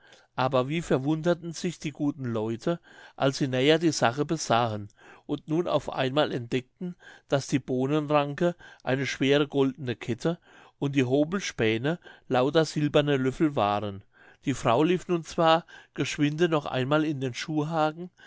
aber wie verwunderten sich die guten leute als sie näher die sachen besahen und nun auf einmal entdeckten daß die bohnenranke eine schwere goldene kette und die hobelspähne lauter silberne löffel waren die frau lief nun zwar geschwinde noch einmal in den schuhhagen